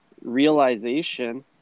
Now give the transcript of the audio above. realization